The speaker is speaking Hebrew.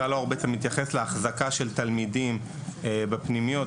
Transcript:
סל האור מתייחס לאחזקה של תלמידים בפנימיות,